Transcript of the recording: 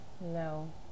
No